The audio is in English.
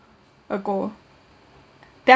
ago